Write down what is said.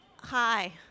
hi